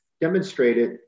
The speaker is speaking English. demonstrated